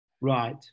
right